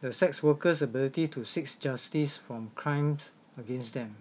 the sex workers' ability to seek justice from crimes against them